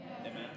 Amen